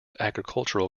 agricultural